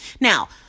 now